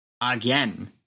again